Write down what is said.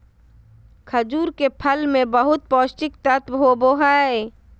खजूर के फल मे बहुत पोष्टिक तत्व होबो हइ